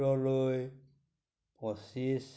পুৰলৈ পঁচিছ